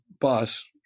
bus